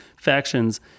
factions